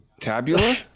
Tabula